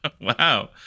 Wow